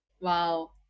Wow